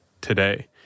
today